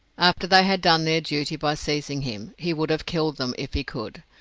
after they had done their duty by seizing him, he would have killed them if he could.